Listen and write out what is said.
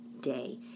day